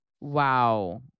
Wow